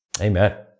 Amen